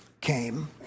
came